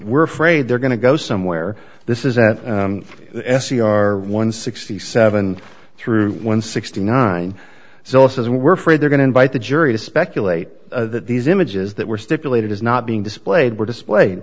were afraid they're going to go somewhere this is at s e r one sixty seven through one sixty nine so says we're free they're going to invite the jury to speculate that these images that were stipulated as not being displayed were displayed